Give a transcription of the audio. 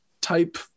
type